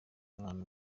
umwana